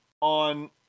on